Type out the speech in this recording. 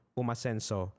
umasenso